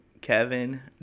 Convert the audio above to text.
Kevin